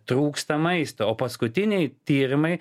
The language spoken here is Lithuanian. trūksta maisto o paskutiniai tyrimai